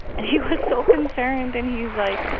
and he was so concerned. and he was like,